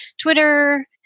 Twitter